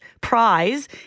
prize